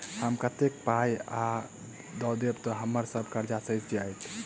हम कतेक पाई आ दऽ देब तऽ हम्मर सब कर्जा सैध जाइत?